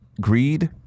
greed